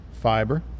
fiber